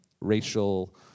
Racial